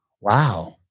Wow